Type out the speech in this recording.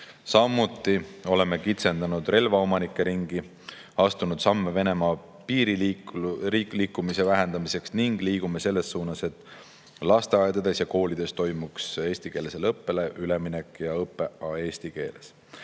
Samuti oleme kitsendanud relvaomanike ringi, astunud samme üle Venemaa piiri liikumise vähendamiseks ning liigume selles suunas, et lasteaedades ja koolides toimuks eestikeelsele õppele üleminek ja õpe oleks eesti keeles.